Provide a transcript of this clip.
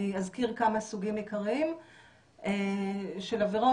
אני אזכיר כמה סוגים עיקריים של עבירות,